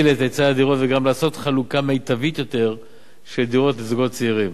את היצע הדירות וגם לעשות חלוקה מיטבית של דירות לזוגות צעירים,